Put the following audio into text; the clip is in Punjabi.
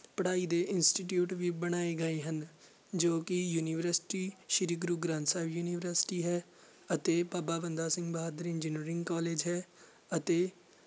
ਪੜ੍ਹਾਈ ਦੇ ਇੰਸਟੀਟਿਊਟ ਵੀ ਬਣਾਏ ਗਏ ਹਨ ਜੋ ਕਿ ਯੂਨੀਵਰਸਟੀ ਸ਼੍ਰੀ ਗੁਰੂ ਗ੍ਰੰਥ ਸਾਹਿਬ ਯੂਨੀਵਰਸਟੀ ਹੈ ਅਤੇ ਬਾਬਾ ਬੰਦਾ ਸਿੰਘ ਬਹਾਦਰ ਇੰਜੀਨੀਅਰਿੰਗ ਕੋਲੇਜ ਹੈ ਅਤੇ